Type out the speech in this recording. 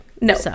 No